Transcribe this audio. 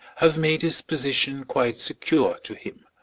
have made his position quite secure to him